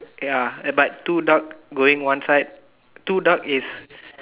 ya eh but two duck going one side two duck is